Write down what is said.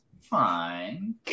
Fine